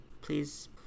please